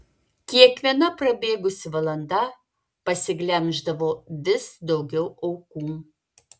kiekviena prabėgusi valanda pasiglemždavo vis daugiau aukų